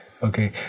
Okay